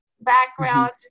background